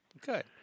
Good